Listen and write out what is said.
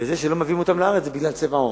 וזה שלא מביאים אותם לארץ זה בגלל צבע עורם.